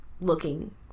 looking